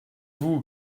vous